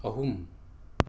ꯑꯍꯨꯝ